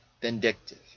vindictive